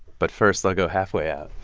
but first, i'll go halfway out,